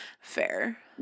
Fair